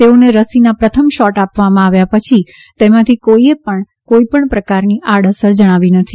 તેઓને રસીના પ્રથમ શોટ આપવામાં આવ્યા પછી તેમાંથી કોઈએ પણ કોઈપણ પ્રકારની આડ અસર જણાવી નથી